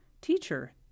Teacher